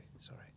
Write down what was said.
sorry